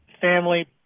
family